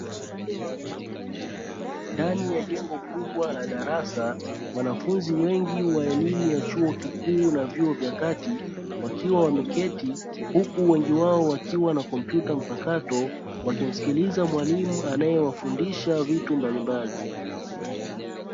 Ndani ya jengo kubwa la darasa wanafunzi wengi wa elimu ya chuo kikuu na vyuo vya kati wakiwa wameketi, huku wengi wao wakiwa na kompyuta mpakato wakimsikiliza mwalimu anayewafundisha vitu mbalimbali.